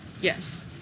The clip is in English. Yes